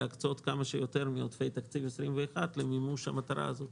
להקצות כמה שיותר מעודפי תקציב 21 למימוש המטרה הזאת,